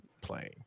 playing